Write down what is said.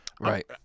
Right